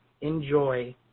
Enjoy